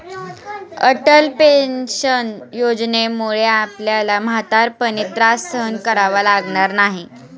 Atal pension योजनेमुळे आपल्याला म्हातारपणी त्रास सहन करावा लागणार नाही